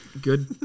good